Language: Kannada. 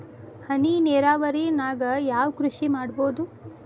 ಹನಿ ನೇರಾವರಿ ನಾಗ್ ಯಾವ್ ಕೃಷಿ ಮಾಡ್ಬೋದು?